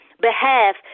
behalf